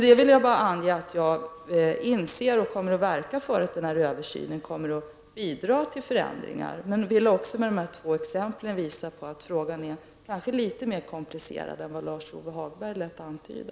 Jag vill bara ange att jag inser problemen och kommer att verka för att denna översyn kommer att bidra till förändringar, men jag vill också med dessa två exempel visa att frågan kanske är lite mer komplicerad än vad Lars-Ove Hagberg lät antyda.